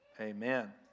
Amen